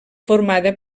formada